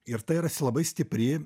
ir tai yra labai stipri